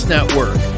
Network